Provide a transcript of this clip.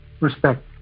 respect